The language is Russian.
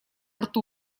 рту